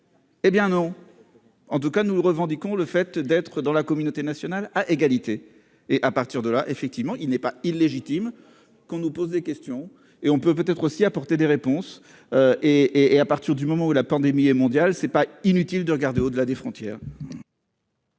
Eh bien non, en tout cas, nous revendiquons le fait d'être dans la communauté nationale à égalité et à partir de là, effectivement, il n'est pas illégitime qu'on nous pose des questions et on peut peut être aussi apporter des réponses et et à partir du moment où la pandémie est mondiale, ce n'est pas inutile de regarder au-delà des frontières.